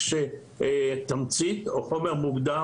כאשר תמצית או חומר מוגדר